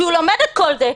שהוא לומד את כל זה,